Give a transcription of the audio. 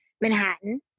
Manhattan